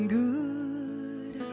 good